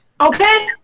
okay